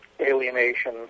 alienation